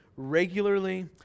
regularly